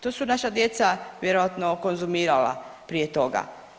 To su naša djeca vjerojatno konzumirala prije toga.